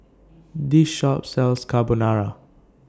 This Shop sells Carbonara